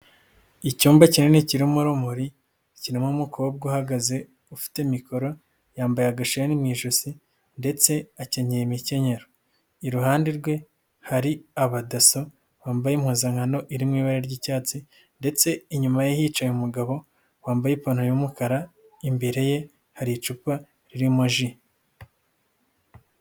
Icyumba kinini kirimoromori, kirimo umukobwa uhagaze, ufite mikoro yambaye agashani mu ijosi ndetse akenye imikenyero, iruhande rwe hari abadaso, bambaye impuzankano iri mu ibara ry'icyatsi ndetse inyuma ye hicaye umugabo, wambaye ipantaro y'umukara, imbere ye hari icupa ririmo ji